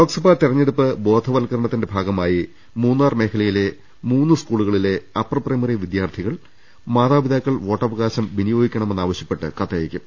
ലോക്സഭാ തെരഞ്ഞെടുപ്പ് ബോധവൽക്കരണത്തിന്റെ ഭാഗമായി മൂന്നാർ മേഖലയിലെ മൂന്ന് സ്കൂളുകളിലെ അപ്പർ പ്രൈമറി വിദ്യാർത്ഥികൾ മാതാപിതാക്കൾ വോട്ടവകാശം വിനിയോഗിക്കണ മെന്നാവശ്യപ്പെട്ട് കത്തയക്കും